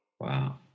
Wow